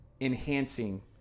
enhancing